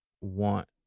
want